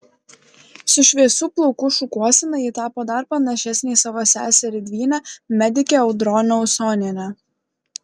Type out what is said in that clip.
su šviesių plaukų šukuosena ji tapo dar panašesnė į savo seserį dvynę medikę audronę usonienę